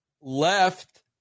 left